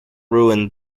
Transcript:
ruined